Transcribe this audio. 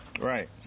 Right